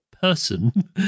person